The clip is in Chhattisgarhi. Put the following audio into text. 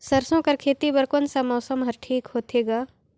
सरसो कर खेती बर कोन मौसम हर ठीक होथे ग?